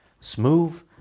smooth